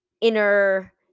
inner